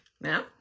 now